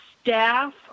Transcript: staff